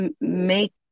make